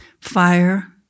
fire